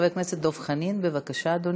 חבר הכנסת דב חנין, בבקשה, אדוני.